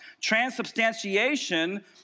transubstantiation